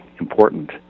important